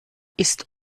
ist